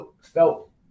felt